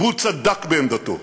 והוא צדק בעמדתו.